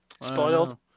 Spoiled